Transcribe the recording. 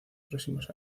próximos